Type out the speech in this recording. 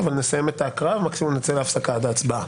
אבל נסיים את ההקראה ומקסימום נצא להפסקה עד ההצבעה.